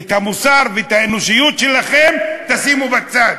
את המוסר ואת האנושיות שלכם תשימו בצד.